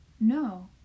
No